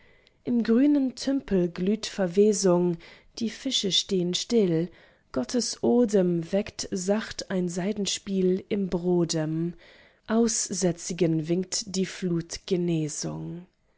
im grünen tümpel glüht verwesung die fische stehen still gottes odem weckt sacht ein saitenspiel im brodem aussätzigen winkt die flut genesung